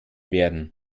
werden